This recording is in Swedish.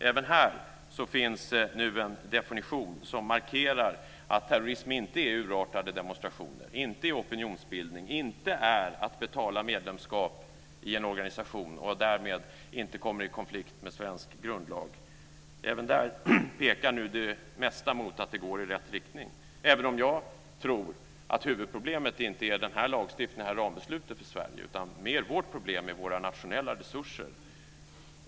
Även här finns nu en definition som markerar att terrorism inte är urartade demonstrationer, inte är opinionsbildning och inte är att man betalar medlemskap i en organisation. Därmed kommer man inte i konflikt med svensk grundlag. Även i det här fallet pekar det mesta mot att det går i rätt riktning, även om jag inte tror att huvudproblemet för Sverige är den här lagstiftningen, det här rambeslutet. Vårt problem handlar mer om våra nationella resurser.